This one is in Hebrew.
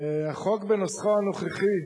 החוק בנוסחו הנוכחי,